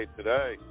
today